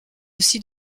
aussi